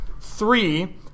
Three